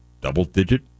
double-digit